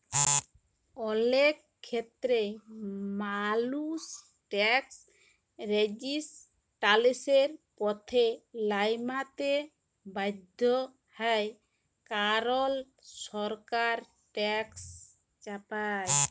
অলেক খ্যেত্রেই মালুস ট্যাকস রেজিসট্যালসের পথে লাইমতে বাধ্য হ্যয় কারল সরকার ট্যাকস চাপায়